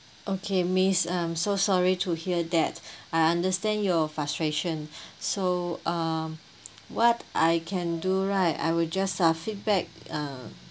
okay miss um so sorry to hear that I understand your frustration so um what I can do right I will just uh feedback uh